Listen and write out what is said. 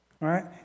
right